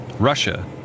Russia